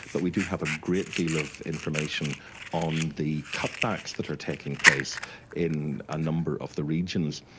but we do have a great deal of information on the cutbacks that are taking place in a number of the regions.